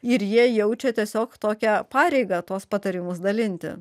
ir jie jaučia tiesiog tokią pareigą tuos patarimus dalinti